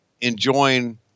enjoying